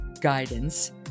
guidance